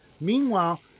Meanwhile